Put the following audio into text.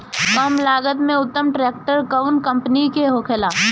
कम लागत में उत्तम ट्रैक्टर कउन कम्पनी के होखेला?